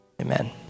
Amen